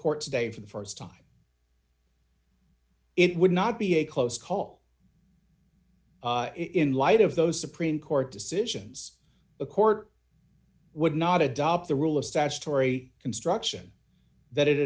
court today for the st time it would not be a close call in light of those supreme court decisions a court would not adopt the rule of statutory construction that it